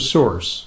Source